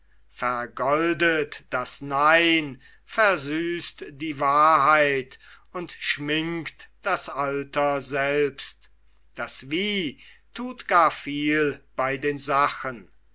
vergoldet das nein versüßt die wahrheit und schminkt das alter selbst das wie thut gar viel bei den sachen